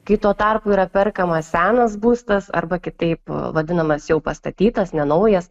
kai tuo tarpu yra perkamas senas būstas arba kitaip vadinamas jau pastatytas nenaujas